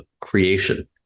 creation